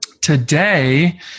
Today